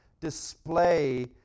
display